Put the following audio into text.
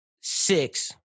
Six